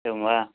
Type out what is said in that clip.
एवं वा